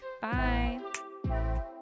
Bye